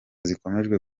zikomeje